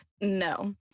No